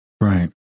Right